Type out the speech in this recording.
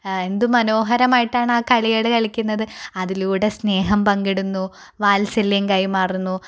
എന്ത് മനോഹരമായിട്ടാണ് ആ കളികൾ കളിക്കുന്നത് അതിലൂടെ സ്നേഹം പങ്കിടുന്നു വാത്സല്യം കൈമാറുന്നു